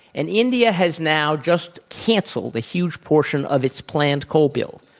and india has now just cancelled a huge portion of its planned coal bill.